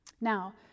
Now